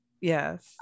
Yes